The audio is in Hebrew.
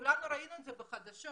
כולנו ראינו את זה בחדשות.